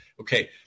Okay